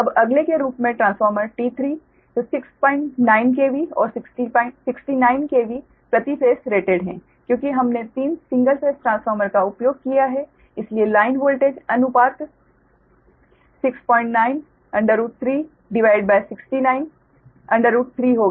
अब अगले के रूप में ट्रांसफार्मर T3 69 KV और 69 KV प्रति फेस रेटेड है क्योंकि हमने तीन सिंगल फेस ट्रांसफार्मर का उपयोग किया है इसलिए लाइन वोल्टेज अनुपात 69√369√3 होगा